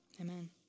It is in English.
amen